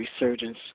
resurgence